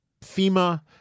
FEMA